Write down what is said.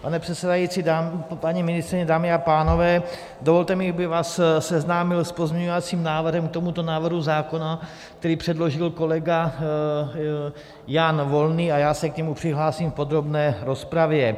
Pane předsedající, paní ministryně, dámy a pánové, dovolte mi, abych vás seznámil s pozměňovacím návrhem k tomuto návrhu zákona, který předložil kolega Jan Volný, a já se k němu přihlásím v podrobné rozpravě.